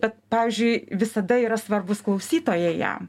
bet pavyzdžiui visada yra svarbūs klausytojai jam